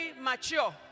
mature